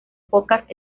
pocas